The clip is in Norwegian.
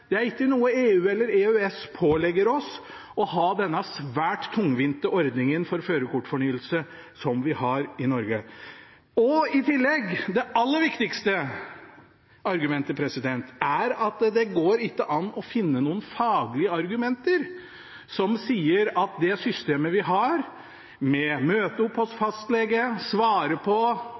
EU eller EØS pålegger oss å ha denne svært tungvinte ordningen for førerkortfornyelse som vi har i Norge. I tillegg er det aller viktigste argumentet at det ikke går an å finne noe faglig grunnlag som sier at det systemet vi har – å møte opp hos fastlegen, svare på